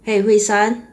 !hey! hui shan